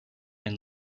and